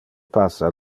passa